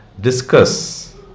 discuss